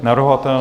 Navrhovatel?